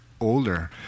older